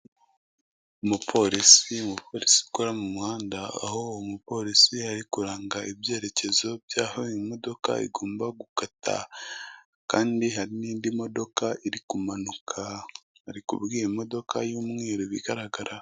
Umupolisi, umupolisi ukora mu muhanda aho uwo mupolisi ari kuranga ibyerekezo by'aho imodoka igomba gukata kandi hari n'indi modoka iri kumanuka bari ku bw'imo y'umweru bigaragara.